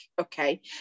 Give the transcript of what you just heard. okay